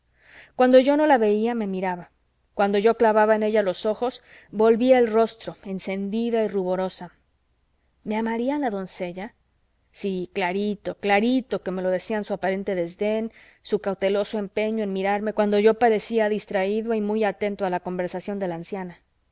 cuando yo no la veía me miraba cuando yo clavaba en ella los ojos volvía el rostro encendida y ruborosa me amaría la doncella sí clarito clarito que me lo decían su aparente desdén su cauteloso empeño en mirarme cuando yo parecía distraído y muy atento a la conversación de la anciana